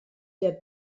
der